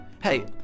Hey